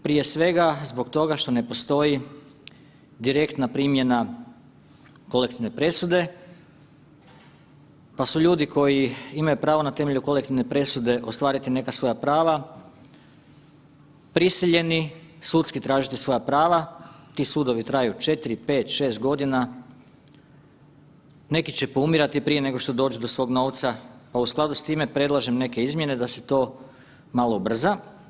Prije svega zbog toga što ne postoji direktna primjena kolektivne presude, pa su ljudi koji imaju pravo na temelju kolektivne presude ostvariti neka svoja prava prisiljeni sudski tražiti svoja prava, ti sudovi traju 4. 5. 6.g., neki će poumirati prije nego što dođu do svog novca, pa u skladu s time predlažem neke izmjene da se to malo ubrza.